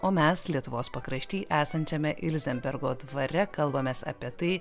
o mes lietuvos pakrašty esančiame ilzenbergo dvare kalbamės apie tai